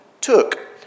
took